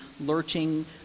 lurching